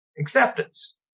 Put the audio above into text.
Acceptance